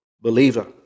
believer